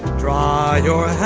dry your